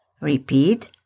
Repeat